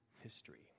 history